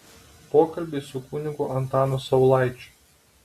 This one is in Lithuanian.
pokalbiai su kunigu antanu saulaičiu